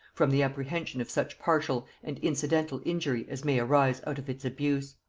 from the apprehension of such partial and incidental injury as may arise out of its abuse.